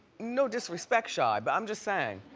no disrespect chi but i'm just saying.